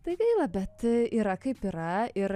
tai gaila bet yra kaip yra ir